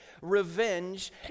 revenge